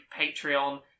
Patreon